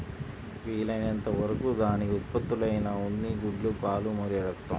వీలైనంత వరకు దాని ఉత్పత్తులైన ఉన్ని, గుడ్లు, పాలు మరియు రక్తం